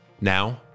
Now